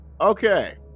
Okay